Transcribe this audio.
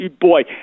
boy